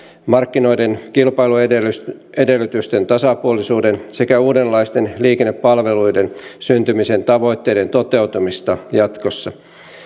markkinoiden kilpailuedellytysten tasapuolisuuden sekä uudenlaisten liikennepalveluiden syntymisen tavoitteiden toteutumista jatkossa